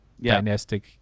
dynastic